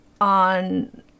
on